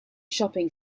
shopping